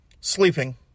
sleeping